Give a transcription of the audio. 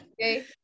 Okay